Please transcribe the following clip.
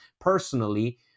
personally